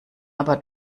aber